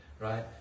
right